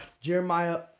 Jeremiah